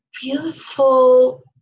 beautiful